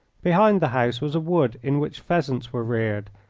behind the house was a wood in which pheasants were reared,